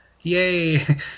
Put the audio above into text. yay